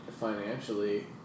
financially